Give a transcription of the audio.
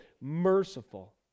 merciful